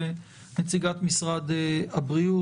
לנציגת משרד הבריאות,